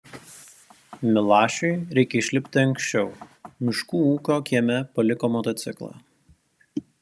milašiui reikia išlipti anksčiau miškų ūkio kieme paliko motociklą